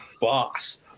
boss